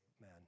man